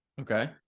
okay